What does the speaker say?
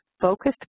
focused